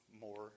more